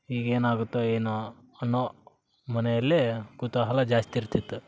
ಈಗ ಏನಾಗುತ್ತೋ ಏನೋ ಅನ್ನೋ ಮನೆಯಲ್ಲಿ ಕುತೂಹಲ ಜಾಸ್ತಿ ಇರ್ತಿತ್ತು